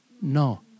No